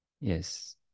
yes